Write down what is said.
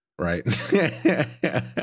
Right